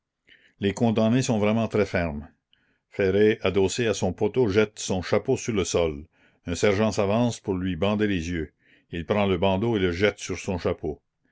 les condamnés sont vraiment très fermes ferré adossé à son poteau jette son chapeau sur le sol un sergent s'avance pour lui bander les yeux il prend le bandeau et le jette sur son chapeau